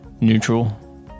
neutral